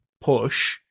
push